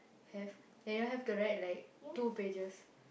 have then you have to write like two pages